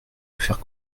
faire